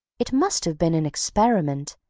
it must have been an experiment,